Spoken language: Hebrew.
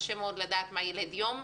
קשה מאוד לדעת מה ילד יום,